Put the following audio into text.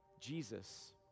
Jesus